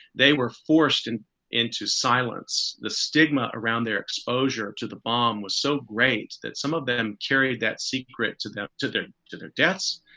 they were forced and into silence. the stigma around their exposure to the bomb was so great that some of them carried that secret to the to their to their deaths.